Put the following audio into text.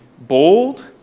Bold